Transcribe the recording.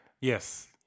Yes